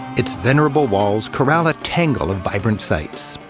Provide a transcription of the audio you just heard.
its venerable walls corral a tangle of vibrant sights.